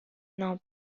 now